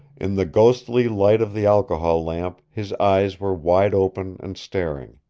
in the ghostly light of the alcohol lamp his eyes were wide open and staring.